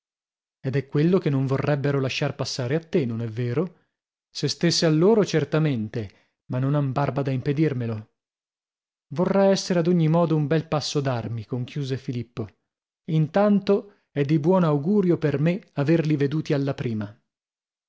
ed è quello che non vorrebbero lasciar passare a te non è vero se stèsse a loro certamente ma non han barba da impedirmelo vorrà essere ad ogni modo un bel passo d'armi conchiuse filippo intanto è di buon augurio per me averli veduti alla prima